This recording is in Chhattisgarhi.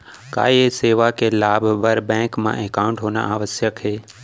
का ये सेवा के लाभ बर बैंक मा एकाउंट होना आवश्यक हे